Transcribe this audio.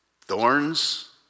thorns